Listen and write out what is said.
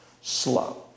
slow